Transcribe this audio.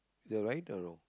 the right or wrong